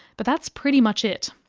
but that's pretty much it.